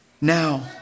now